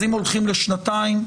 אם הולכים לשנתיים,